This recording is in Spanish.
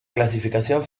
clasificación